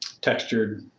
textured